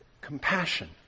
compassion